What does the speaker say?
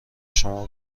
شما